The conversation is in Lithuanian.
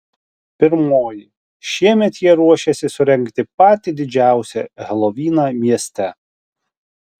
pirmoji šiemet jie ruošiasi surengti patį didžiausią helovyną mieste